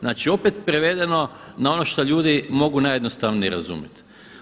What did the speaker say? Znači opet prevedeno na ono što ljudi mogu najjednostavnije razumjeti.